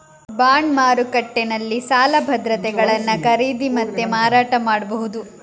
bond ಮಾರುಕಟ್ಟೆನಲ್ಲಿ ಸಾಲ ಭದ್ರತೆಗಳನ್ನ ಖರೀದಿ ಮತ್ತೆ ಮಾರಾಟ ಮಾಡ್ಬಹುದು